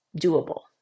doable